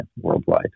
worldwide